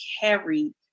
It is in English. carried